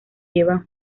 llevan